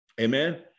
Amen